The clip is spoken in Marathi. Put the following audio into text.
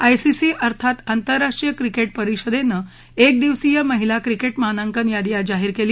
आयसीसी अर्थात आंतरराष्ट्रीय क्रिक्ट्र परिषदत्तएकदिवसीय महिला क्रिक्ट्र मानांकन यादी आज जाहीर कल्ली